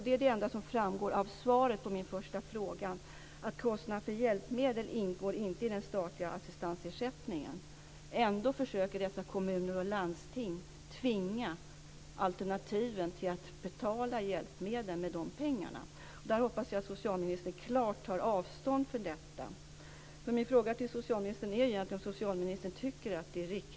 Det är det enda svaret på min första fråga, att kostnaden för hjälpmedel inte ingår i den statliga assistansersättningen. Ändå försöker dessa kommuner och landsting tvinga alternativen att betala hjälpmedlen med de pengarna. Jag hoppas att socialministern klart tar avstånd från detta.